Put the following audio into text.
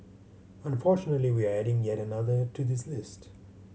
unfortunately we're adding yet another to this list